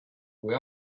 kui